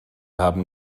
haben